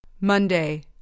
Monday